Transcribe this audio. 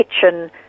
kitchen